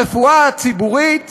הרפואה הציבורית